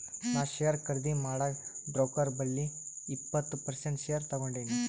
ನಾ ಶೇರ್ ಖರ್ದಿ ಮಾಡಾಗ್ ಬ್ರೋಕರ್ ಬಲ್ಲಿ ಇಪ್ಪತ್ ಪರ್ಸೆಂಟ್ ಶೇರ್ ತಗೊಂಡಿನಿ